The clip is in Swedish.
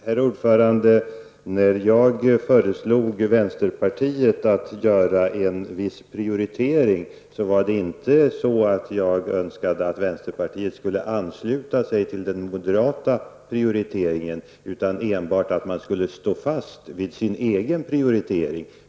Herr talman! När jag föreslog vänsterpartiet att göra en viss prioritering, önskade jag inte att vänsterpartiet skulle ansluta sig till den moderata prioriteringen, utan enbart att man skulle stå fast vid sin egen prioritering.